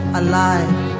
alive